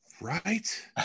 Right